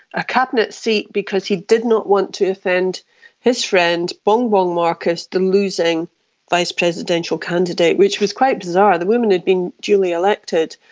a cabinet seat because he did not want to offend his friend bongbong marcos, the losing vice presidential candidate, which was quite bizarre. the woman had been duly elected.